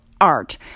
art